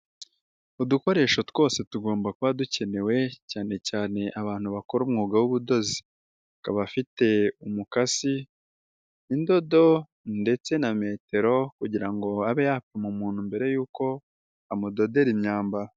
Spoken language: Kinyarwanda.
uUdukoresho twose tugomba kuba dukenewe, cyane cyane abantu bakora umwuga w'ubudozi, akaba afite umukasi, indodo ndetse na metero kugirango ngo abe yapima umuntu mbere yuko amudodera imyambaro.